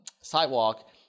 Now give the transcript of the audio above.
sidewalk